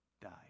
died